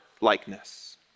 likeness